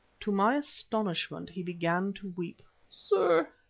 to my astonishment he began to weep. sir,